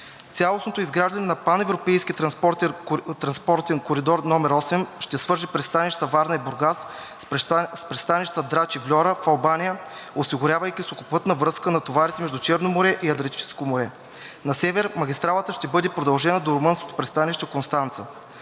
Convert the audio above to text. транспортен коридор № VIII ще свърже пристанищата Варна и Бургас с пристанищата Драч и Вльора в Албания, осигурявайки сухопътна връзка на товарите между Черно море и Адриатическо море. На север магистралата ще бъде продължена до румънското пристанище Констанца.